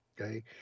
okay